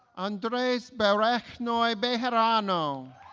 andres berejnoi bejarano